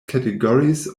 categories